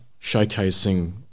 showcasing